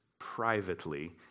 privately